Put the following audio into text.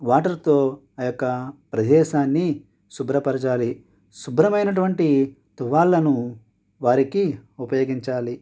వాటర్తో ఆ యొక్క ప్రదేశాన్ని శుభ్రపరచాలి శుభ్రమైనటువంటి తువాళ్లను వారికి ఉపయోగించాలి